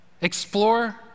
explore